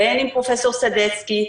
בין עם פרופסור סדצקי,